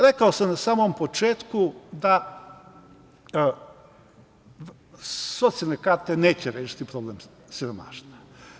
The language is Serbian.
Rekao sam na samom početku da socijalne karte neće rešiti problem siromaštva.